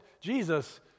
Jesus